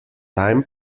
time